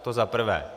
To zaprvé.